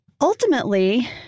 Ultimately